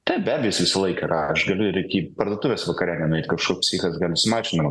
taip be abejo jis visąlaik yra aš galiu ir iki parduotuvės vakare nenueit kažkoks psichas su mašina man